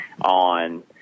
on